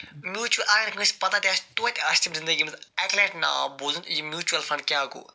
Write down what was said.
میوٗچوٕ اگر کٲنٛسہِ پتہ تہِ آسہِ تویتہِ آسہِ تٔمۍ زِنٛدگی منٛز اَکہِ لٹہِ ناو بوٗزمُت یہِ میوٗچول فنٛڈ کیٛاہ گوٚو